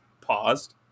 paused